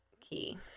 key